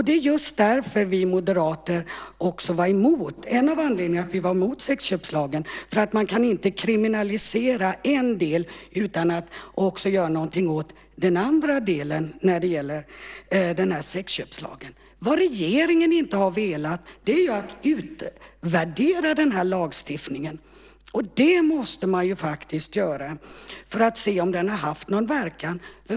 Det är just därför som vi moderater också var emot sexköpslagen; det var en av anledningarna. Man kan inte kriminalisera en del utan att också göra någonting åt den andra delen när det gäller sexköpslagen. Regeringen har inte velat utvärdera lagstiftningen. Det måste man göra för att se om den har haft någon verkan.